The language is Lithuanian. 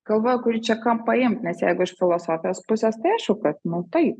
kalba kurį čia kampą imt nes jeigu iš filosofijos pusės tai aišku kad nu tai